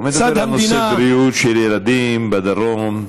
הוא מדבר בנושא בריאות של ילדים בדרום.